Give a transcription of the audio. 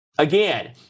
Again